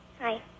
Hi